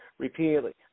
repeatedly